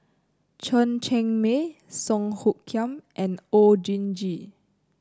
Chen Cheng Mei Song Hoot Kiam and Oon Jin Gee